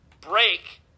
break